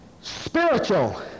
Spiritual